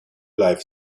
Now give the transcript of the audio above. live